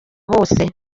bose